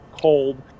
cold